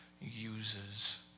uses